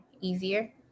easier